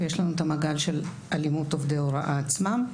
ויש לנו את המעגל של אלימות עובדי הוראה עצמם.